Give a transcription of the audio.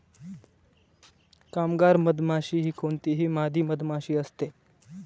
कामगार मधमाशी ही कोणतीही मादी मधमाशी असते